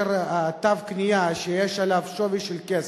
תו הקנייה שווה כסף,